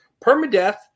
Permadeath